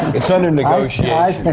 it's under negotiation!